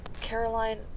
Caroline